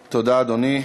תודה, אדוני.